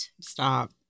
stop